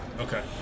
Okay